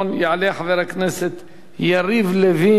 יעלה חבר הכנסת יריב לוין,